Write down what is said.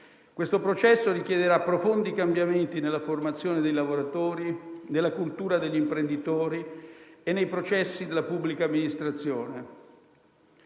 Questo processo richiederà profondi cambiamenti nella formazione dei lavoratori, nella cultura degli imprenditori e nei processi della pubblica amministrazione.